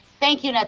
thank you. know